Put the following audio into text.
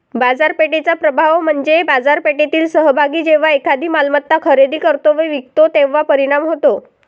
बाजारपेठेचा प्रभाव म्हणजे बाजारपेठेतील सहभागी जेव्हा एखादी मालमत्ता खरेदी करतो व विकतो तेव्हा परिणाम होतो